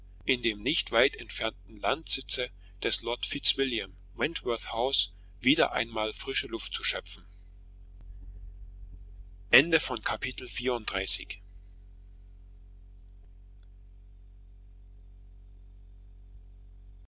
in dem nicht weit entfernten landsitze des lord fitzwilliam wentworth house wieder einmal frische luft zu schöpfen